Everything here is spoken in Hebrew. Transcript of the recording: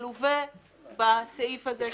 מלווה בסעיף הזה של תקנות.